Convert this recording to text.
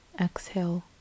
exhale